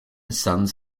sons